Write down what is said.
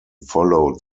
followed